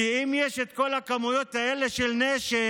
כי אם יש את כל הכמויות האלה של נשק,